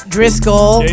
Driscoll